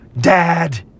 dad